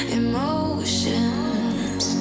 emotions